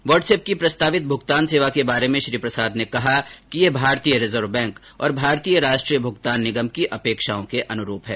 what's app की प्रस्तावित भुगतान सेवा के बारे में श्री प्रसाद ने कहा कि यह भारतीय रिजर्व बैंक और भारतीय राष्ट्रीय भुगतान निगम की अपेक्षाओं के अनुरूप है